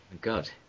God